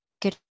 good